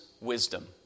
wisdom